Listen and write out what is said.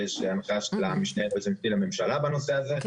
ויש הנחיה של המשנה ליועץ המשפטי לממשלה בנושא הזה,